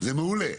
זה מעולה,